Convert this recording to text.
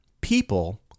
People